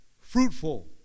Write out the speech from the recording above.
fruitful